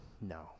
No